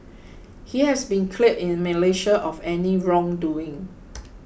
he has been cleared in Malaysia of any wrongdoing